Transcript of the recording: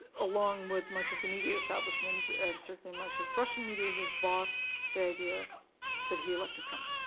along with much of the media establishment, and certainly much of russian media, he has bought the idea that he elected trump.